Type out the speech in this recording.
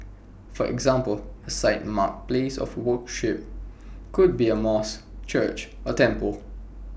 for example A site marked place of worship could be A mosque church or temple